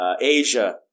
Asia